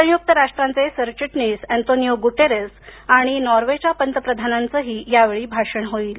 संयुक राष्ट्रांचे सरचिटणिस अन्तोनिओ गुटेरस आणि नॉर्वेच्या पंतप्रधानांचंही यावेळी भाषण होईल